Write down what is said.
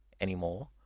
anymore